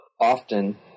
often